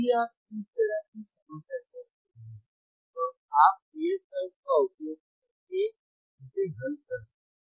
इसलिए यदि आप इस तरह की समस्या करते हैं तो आप PSpice का उपयोग करके इसे हल कर सकते हैं